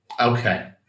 Okay